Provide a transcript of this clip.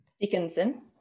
Dickinson